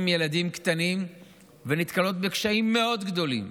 עם ילדים קטנים ונתקלות בקשיים מאוד גדולים.